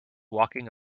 walking